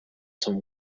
some